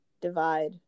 divide